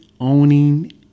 owning